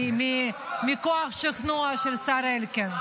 מכוח השכנוע של השר אלקין.